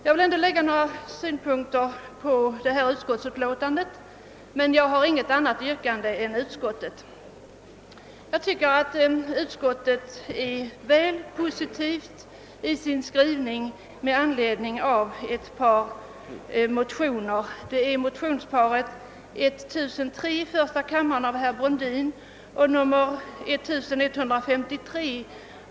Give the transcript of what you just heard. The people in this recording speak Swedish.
Jag vill ändå anföra några synpunkter på andra lagutskottets utlåtande nr 44, men jag har inget annat yrkande än utskottet.